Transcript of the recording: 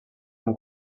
amb